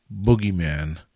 boogeyman